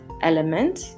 element